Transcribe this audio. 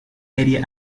area